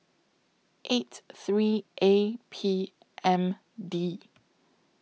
eight three A P M D